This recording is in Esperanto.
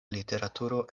literaturo